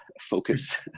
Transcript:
focus